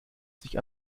sich